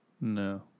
No